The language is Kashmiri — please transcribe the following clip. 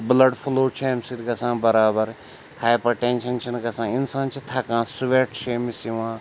بٕلَڈ فٕلو چھِ اَمہِ سۭتۍ گَژھان بَرابَر ہایپَر ٹٮ۪نشَن چھِنہٕ گژھان اِنسان چھِ تھکان سُوٮ۪ٹ چھِ أمِس یِوان